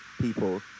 people